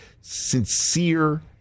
sincere